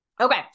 Okay